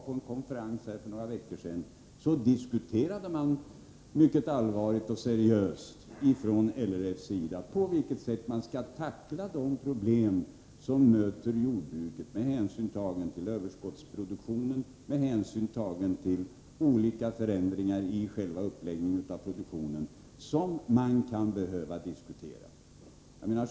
På en konferens som jag för några veckor sedan bevistade diskuterade man från LRF:s sida mycket allvarligt och seriöst på vilket sätt man skall tackla de problem som möter jordbruket med hänsyn till överskottsproduktionen och olika förändringar i själva uppläggningen av produktionen, förändringar som man kan behöva resonera om.